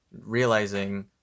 realizing